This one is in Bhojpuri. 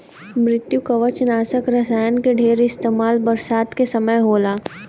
मृदुकवचनाशक रसायन के ढेर इस्तेमाल बरसात के समय होला